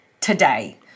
today